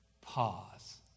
pause